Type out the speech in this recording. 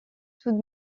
tout